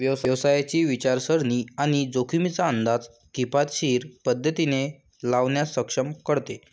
व्यवसायाची विचारसरणी आणि जोखमींचा अंदाज किफायतशीर पद्धतीने लावण्यास सक्षम करते